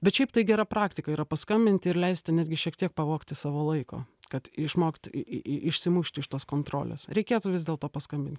bet šiaip tai gera praktika yra paskambinti ir leisti netgi šiek tiek pavogti savo laiko kad išmokt į į į išsimušt iš tos kontrolės reikėtų vis dėlto paskambint